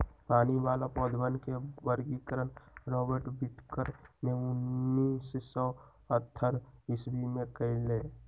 पानी वाला पौधवन के वर्गीकरण रॉबर्ट विटकर ने उन्नीस सौ अथतर ईसवी में कइलय